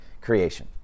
creation